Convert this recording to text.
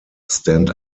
stand